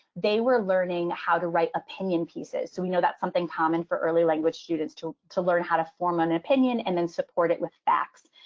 they were learning how to write opinion pieces. so, you know, that's something common for early language students to to learn how to form an opinion and then support it with facts.